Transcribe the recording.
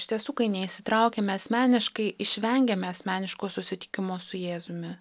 iš tiesų kai neįsitraukiame asmeniškai išvengiame asmeniško susitikimo su jėzumi